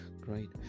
great